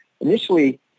initially